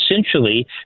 essentially